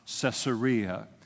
Caesarea